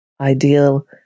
ideal